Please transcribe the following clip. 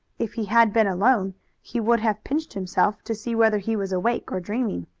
if he had been alone he would have pinched himself to see whether he was awake or dreaming.